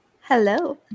Hello